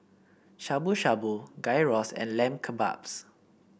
Shabu Shabu Gyros and Lamb Kebabs